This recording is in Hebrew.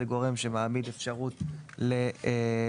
זהו גורם שמעמיד אפשרות ללקוח